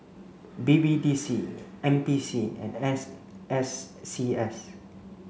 B B D C N P C and N's S C S